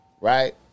right